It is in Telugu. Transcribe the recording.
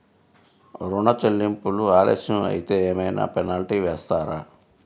ఋణ చెల్లింపులు ఆలస్యం అయితే ఏమైన పెనాల్టీ వేస్తారా?